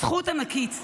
זכות ענקית.